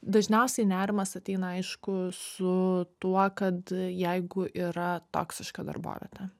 dažniausiai nerimas ateina aišku su tuo kad jeigu yra toksiška darbovietė